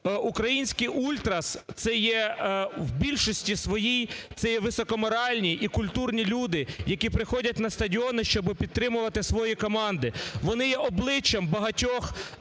Українські ультрас це є, в більшості своїй це є високоморальні і культурні люди, які приходять на стадіони, щоби підтримувати свої команди. Вони є обличчям багатьох